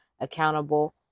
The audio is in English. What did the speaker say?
accountable